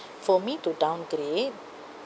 for me to downgrade